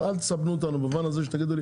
אבל אל תסבנו אותנו במובן הזה שתגידו לי